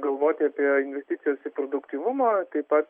galvoti apie investicijas į produktyvumą taip pat